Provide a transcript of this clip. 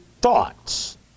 thoughts